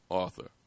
author